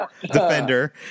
defender